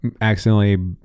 accidentally